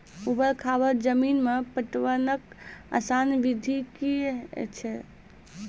ऊवर खाबड़ जमीन मे पटवनक आसान विधि की ऐछि?